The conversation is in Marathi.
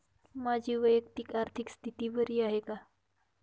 माझी वैयक्तिक आर्थिक स्थिती बरी आहे का?